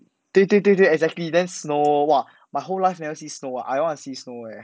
对对对对 exactly then snow !wah! my whole life never see snow ah I want to see snow eh